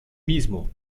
mismo